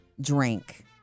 Drink